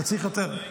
אתה צריך יותר.